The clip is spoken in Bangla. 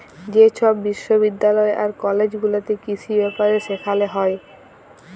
যে ছব বিশ্ববিদ্যালয় আর কলেজ গুলাতে কিসি ব্যাপারে সেখালে হ্যয়